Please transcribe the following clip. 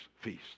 feast